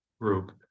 group